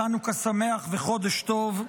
חנוכה שמח וחודש טוב.